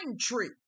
tree